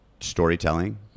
storytelling